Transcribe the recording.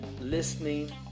listening